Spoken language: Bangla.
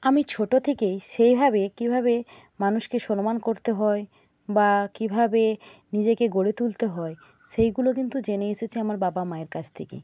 আমি ছোটো থেকেই সেইভাবে কীভাবে মানুষকে সম্মান করতে হয় বা কীভাবে নিজেকে গড়ে তুলতে হয় সেইগুলো কিন্তু জেনে এসেছি আমার বাবা মায়ের কাছ থেকে